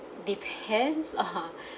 depends lah